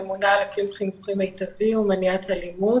ממונה על אקלים חינוכי מיטבי ומניעת אלימות